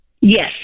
yes